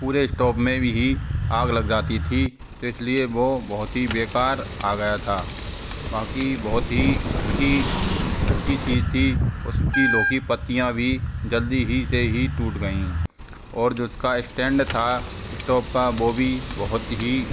पूरे स्टॉप में ही आग लग जाती थी तो इस लिए वो बहुत ही बेकार आ गया था बाक़ी बहुत ही हल्की हल्की चीज़ थी उसकी लोखी पत्तियां भी जल्दी ही से ही टूट गई और जो उसका स्टैंड था स्टॉप का वो भी बहुत ही